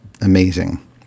amazing